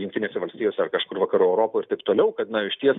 jungtinėse valstijose ar kažkur vakarų europoj ir taip toliau kad na išties